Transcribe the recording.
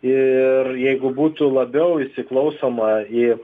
ir jeigu būtų labiau įsiklausoma į